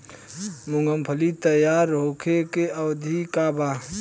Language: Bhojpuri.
मूँगफली तैयार होखे के अवधि का वा?